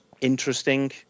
interesting